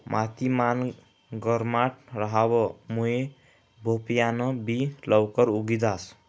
माती मान गरमाट रहावा मुये भोपयान बि लवकरे उगी जास